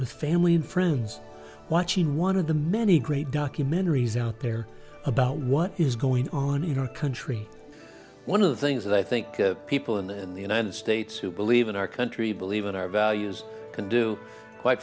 with family and friends watching one of the many great documentaries out there about what is going on you know the country one of the things that i think people in the united states who believe in our country believe in our values can do quite